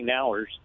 hours